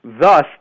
Thus